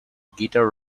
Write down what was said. guitar